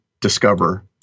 discover